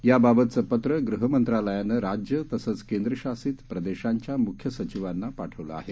याबाबतचं पत्र गहमंत्रालयानं राज्यं तसंच केंद्रशासित प्रदेशांच्या मुख्य सचिवांना पाठवलं आहे